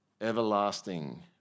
Everlasting